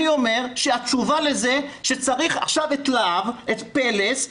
אני אומר שהתשובה לזה שצריך עכשיו את --- את פל"ס,